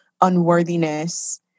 unworthiness